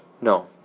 No